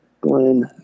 Glenn